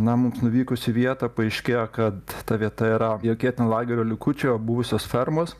na mums nuvykus į vietą paaiškėjo kad ta vieta yra jokie ten lagerio likučiai o buvusios fermos